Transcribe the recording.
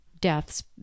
deaths